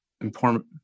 important